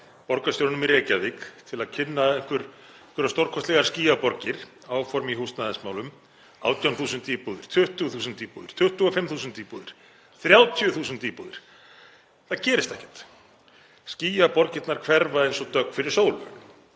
borgarstjóranum í Reykjavík, til að kynna einhverjar stórkostlegar skýjaborgir; áform í húsnæðismálum, 18.000 íbúðir, 20.000 íbúðir, 25.000 íbúðir, 30.000 íbúðir. Það gerist ekkert. Skýjaborgirnar hverfa eins og dögg fyrir sólu